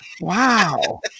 Wow